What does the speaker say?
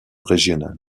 régionale